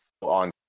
on